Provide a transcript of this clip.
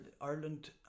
ireland